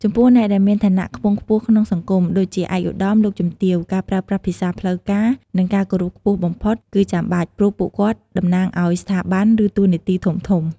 ចំពោះអ្នកដែលមានឋានៈខ្ពង់ខ្ពស់ក្នុងសង្គម ដូចជាឯកឧត្តម លោកជំទាវ ការប្រើប្រាស់ភាសាផ្លូវការ និងការគោរពខ្ពស់បំផុតគឺចាំបាច់ ព្រោះពួកគាត់តំណាងឲ្យស្ថាប័ន ឬតួនាទីធំៗ។